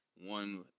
one